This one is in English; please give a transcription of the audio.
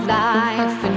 life